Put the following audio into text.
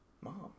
Mom